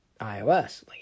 iOS